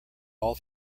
all